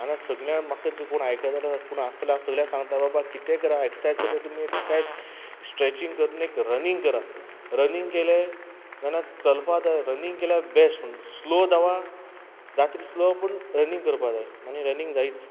आनी सगळ्यांक म्हाक कोण आयकता जाल्यार कोण आस जाल्यार हांव सगळ्यांक सांगता बाबा कितें करा एक्सरसायज करता तुमी स्ट्रेचिंग करा रनिंग करा रनिंग केलें चलपा जाय रनिंग केल्यार बॅस्ट स्लो धांवा जात तितले स्लो पूण रनिंग करपा जाय आनी रनिंग जायीच